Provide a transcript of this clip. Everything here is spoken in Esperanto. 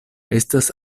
estas